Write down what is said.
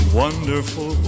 wonderful